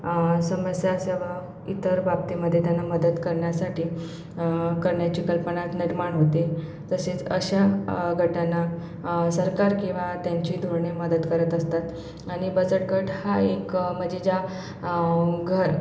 समस्यांसह इतर बाबतीमध्ये त्यांना मदत करण्यासाठी करण्याची कल्पना निर्माण होते तसेच अशा गटांना सरकार किंवा त्यांची धोरणे मदत करत असतात आणि बचत गट हा एक म्हणजे ज्या घर